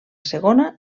segona